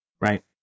right